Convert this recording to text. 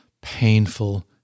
painful